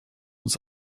uns